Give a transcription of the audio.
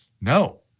no